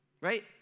right